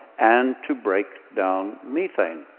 and to break down methane.